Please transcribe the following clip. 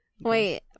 Wait